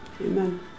Amen